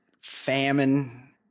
famine